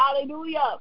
Hallelujah